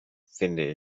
finde